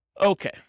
Okay